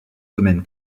domaine